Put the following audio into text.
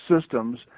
systems